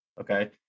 okay